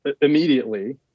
immediately